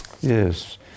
yes